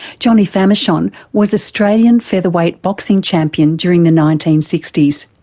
johnny famechon was australian featherweight boxing champion during the nineteen sixty s.